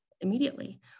immediately